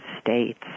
states